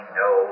no